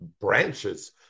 branches